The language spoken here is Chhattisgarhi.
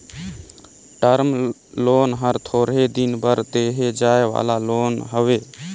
टर्म लोन हर थोरहें दिन बर देहे जाए वाला लोन हवे